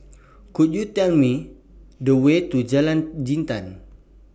Could YOU Tell Me The Way to Jalan Jintan